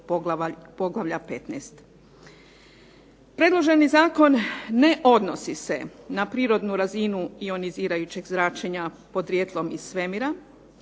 poglavlja 15. Predloženi zakon ne odnosi se na prirodnu razinu ionizirajućeg zračenja podrijetlom iz svemira,